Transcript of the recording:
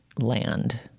land